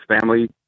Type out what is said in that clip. family